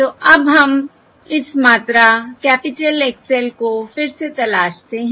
तो अब हम इस मात्रा कैपिटल X l को फिर से तलाशते हैं